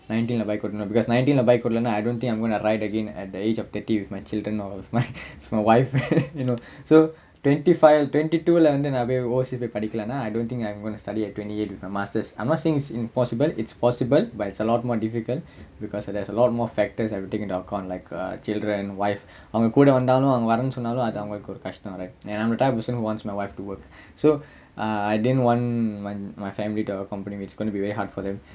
nineteen leh bike ஓட்டனும்:ottanum because nineteen leh bike ஓட்டலனா:ottalanaa I don't think I'm gonna ride again at the age of thirty with my children all with my wife so twenty five twenty two lah வந்து நா போய்:vanthu naa poi overseas போய் படிகலனா:poi padikalanaa I don't think I'm going to study at twenty eight with my masters I'm not saying it's impossible it's possible but it's a lot more difficult but at that time there's a lot more factors I have to take into consideration like uh children like uh wife அவங்க கூட வந்தாலும் அவங்க வர்றன்னு சொன்னாலும் அது அவங்களுக்கு ஒரு கஷ்டம்:avanga kooda vanthaalum avanga varrannu sonnaalum athu avangalukku oru kashtam right and I'm the type of person who wants my wife to work so uh I didn't want my family to accompany me it's gonna be very hard for them